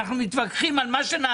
אנחנו מתווכחים על מה שנעשה.